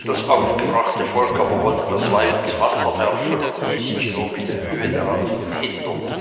das aufgebrachte volk aber wollte das weib ins wasser werfen und ließ sich nur mit mühe daran verhindern